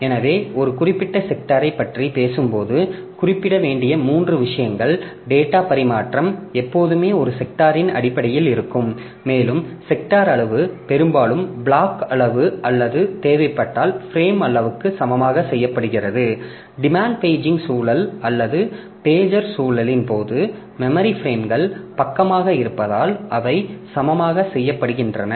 எனவே ஒரு குறிப்பிட்ட செக்டாரைப் பற்றி பேசும்போது குறிப்பிட வேண்டிய மூன்று விஷயங்கள் டேட்டா பரிமாற்றம் எப்போதுமே ஒரு செக்டாரின் அடிப்படையில் இருக்கும் மேலும் செக்டார் அளவு பெரும்பாலும் பிளாக் அளவு அல்லது தேவைப்பட்டால் பிரேம் அளவிற்கு சமமாக செய்யப்படுகிறது டிமாண்ட் பேஜிங் சூழல் அல்லது பேஜர் சூழலின் போது மெமரி பிரேம்கள் பக்கமாக இருப்பதால் அவை சமமாக செய்யப்படுகின்றன